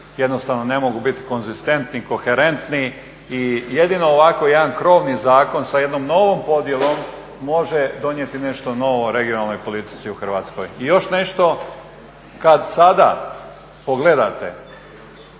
jednostavno ne mogu biti konzistentni, koherentni i jedino ovako jedan krovni zakon sa jednom novom podjelom može donijeti nešto novo u regionalnoj politici u Hrvatskoj. I još nešto, kad sada pogledate